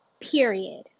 period